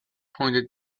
pointed